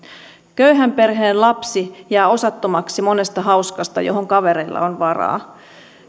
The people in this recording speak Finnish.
köyhän perheen lapsi jää osattomaksi monesta hauskasta johon kavereilla on varaa